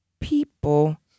people